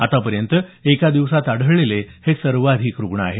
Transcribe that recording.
आतापर्यंत एका दिवसात आढळलेले हे सर्वाधिक रुग्ण आहेत